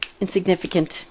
insignificant